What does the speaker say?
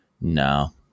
no